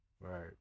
Right